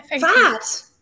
Fat